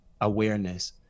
awareness